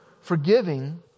Forgiving